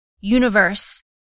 universe